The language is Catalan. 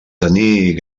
tenir